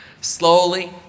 Slowly